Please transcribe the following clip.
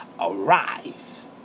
Arise